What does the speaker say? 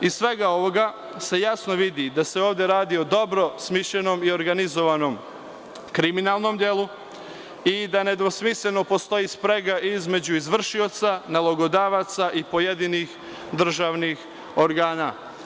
Iz svega ovoga se jasno vidi da se ovde radi o dobro smišljenom i organizovanom kriminalnom delu i da nedvosmisleno postoji sprega između izvršioca, nalogodavaca i pojedinih državnih organa.